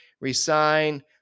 resign